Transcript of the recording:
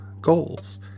goals